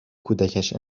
کودکش